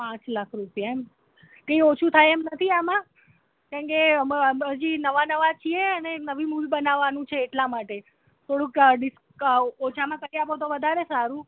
પાંચ લાખ રૂપિયા એમ કંઈ ઓછું થાય એમ નથી આમાં કેમ કે અમે હજી નવા નવા છીએ નવી મૂવી બનાવવાનું છે એટલા માટે થોડુંક ડિસ્કાઉન્ટ ઓછામાં કરી આપો તો વધારે સારું